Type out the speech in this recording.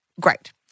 great